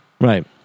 Right